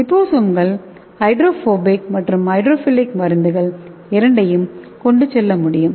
லிபோசோம்கள் ஹைட்ரோபோபிக் மற்றும் ஹைட்ரோஃபிலிக் மருந்துகள் இரண்டையும் கொண்டு செல்ல முடியும்